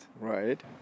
Right